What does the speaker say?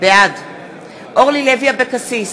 בעד אורלי לוי אבקסיס,